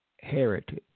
heritage